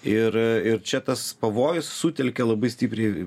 ir ir čia tas pavojus sutelkia labai stipriai